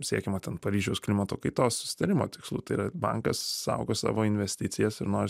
siekiama ten paryžiaus klimato kaitos susitarimo tikslųtai yra bankas saugo savo investicijas ir nori